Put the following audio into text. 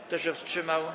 Kto się wstrzymał?